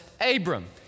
Abram